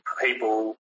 people